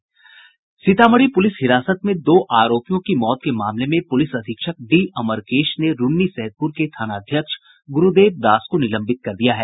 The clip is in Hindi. सीतामढ़ी पूलिस हिरासत में दो आरोपियों की मौत के मामले में पूलिस अधीक्षक डी अमरकेश ने रून्नी सैदपुर के थाना अध्यक्ष गुरूदेव दास को निलंबित कर दिया है